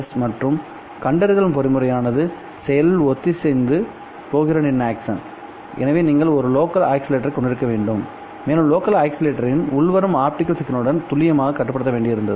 5 Gbps மற்றும் கண்டறிதல் பொறிமுறையானது செயலில் ஒத்திசைந்தது எனவே நீங்கள் ஒரு லோக்கல் ஆஸிலேட்டரைக் கொண்டிருக்க வேண்டும் மேலும் லோக்கல் ஆஸிலேட்டரின் உள்வரும் ஆப்டிகல் சிக்னலுடன் துல்லியமாக கட்டுப்படுத்த வேண்டியிருந்தது